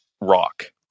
rock